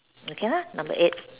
ya number eight